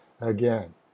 again